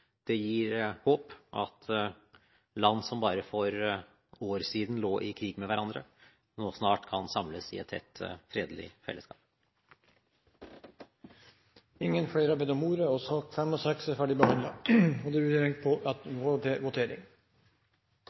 Det gir håp at land som for bare få år siden lå i krig med hverandre, nå snart kan samles i et tett, fredelig fellesskap. Flere har ikke bedt om ordet til sakene nr. 5 og 6. Da er Stortinget klar til å gå til votering. Det